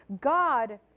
god